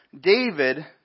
David